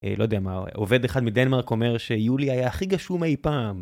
לא יודע מה, עובד אחד מדנמרק אומר שיולי היה הכי גשום אי פעם.